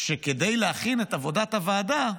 כדי להכין את עבודת הוועדה,